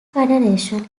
federation